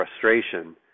frustration